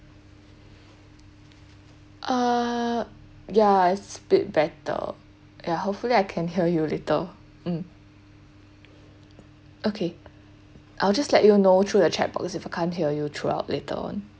err yeah is split better ya hopefully I can hear you later mm okay I will just let you know through the chat box if I can't hear you throughout later on